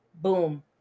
boom